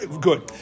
good